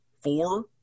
four